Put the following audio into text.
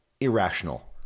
irrational